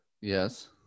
Yes